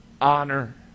Honor